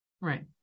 Right